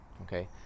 Okay